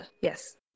yes